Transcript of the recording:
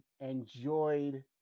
enjoyed